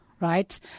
right